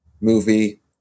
movie